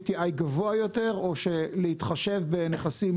אנחנו מדברים על PTI גבוה יותר או להתחשב בנכסים?